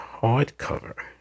hardcover